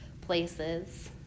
places